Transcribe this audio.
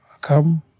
come